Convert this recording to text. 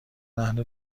اهل